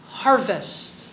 harvest